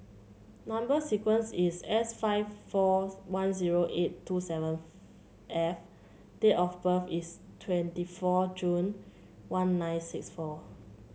number sequence is S five four one zero eight two seven F date of birth is twenty four June one nine six four